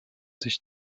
sich